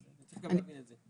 אז צריך להבין את זה.